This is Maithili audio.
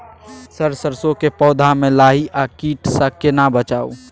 सर सरसो के पौधा में लाही आ कीट स केना बचाऊ?